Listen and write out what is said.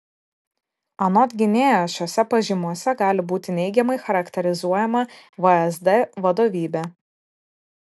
anot gynėjo šiose pažymose gali būti neigiamai charakterizuojama vsd vadovybė